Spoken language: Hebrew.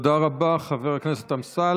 תודה רבה, חבר הכנסת אמסלם.